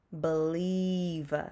Believe